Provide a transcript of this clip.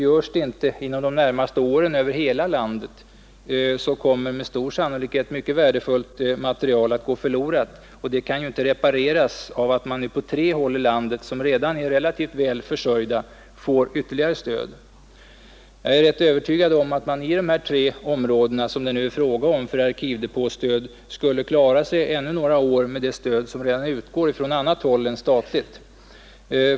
Görs det inte inom de närmaste åren över hela landet, så kommer -« med stor sannolikhet mycket värdefullt material att gå förlorat, och den förlusten kan inte repareras av att man på tre håll i landet, som redan är relativt väl försörjda, får ytterligare stöd. Jag är rätt övertygad om att man i de tre områden, som nu är i fråga för arkivdepåstöd, skulle klara sig ännu några år med det stöd som redan utgår från annat håll än statligt.